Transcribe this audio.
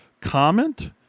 comment